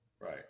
Right